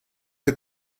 que